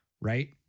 right